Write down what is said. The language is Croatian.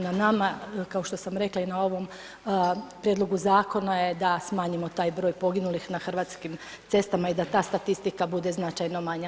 Na nama kao što sam rekla i na ovom prijedlogu zakona je da smanjimo taj broj poginulih na hrvatskim cestama i da ta statistika bude značajno manja.